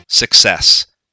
Success